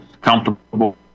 comfortable